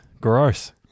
Gross